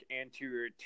anterior